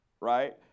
right